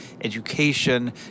education